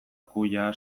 kuia